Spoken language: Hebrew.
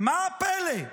מה הפלא?